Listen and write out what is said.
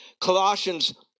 Colossians